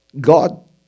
God